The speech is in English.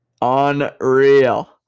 Unreal